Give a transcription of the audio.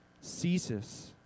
ceases